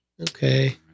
Okay